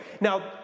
Now